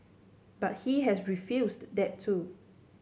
but he has refused that too